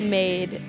made